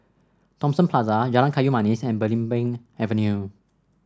Thomson Plaza Jalan Kayu Manis and Belimbing Avenue